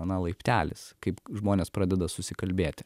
na laiptelis kaip žmonės pradeda susikalbėti